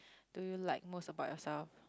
do you like most about yourself